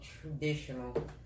traditional